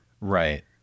Right